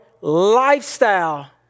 lifestyle